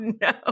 no